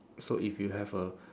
so if you have a